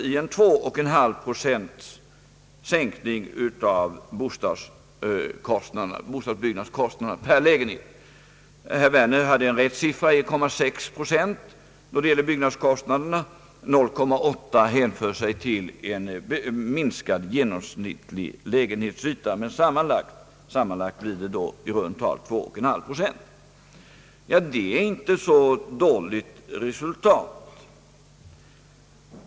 Resultatet kan avläsas i en sänkning av bostadsbyggnadskostnaderna per lägenhet med 2,5 procent. Herr Werner hade en korrekt siffra, 1,6 procent, då det gällde byggnadskostnaderna. 0,8 procent hänför sig till en minskad genomsnittlig lägenhetsyta. Men sammanlagt blir det i runt tal 2,5 procent. Det resultatet är inte så dåligt.